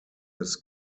his